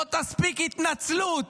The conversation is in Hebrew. לא תספיק התנצלות.